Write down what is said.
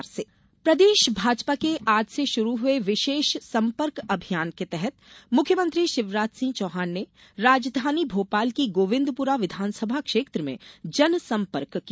संपर्क अभियान प्रदेश भाजपा के आज से शुरू हुए विशेष संपर्क अभियान के तहत मुख्यमंत्री शिवराज सिंह चौहान ने राजधानी भोपाल की गोविंदपुरा विधानसभा क्षेत्र में जनसंपर्क किया